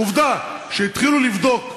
עובדה, כשהתחילו לבדוק,